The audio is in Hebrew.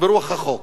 ברוח החוק,